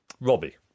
Robbie